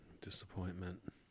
Disappointment